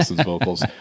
vocals